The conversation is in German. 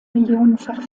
millionenfach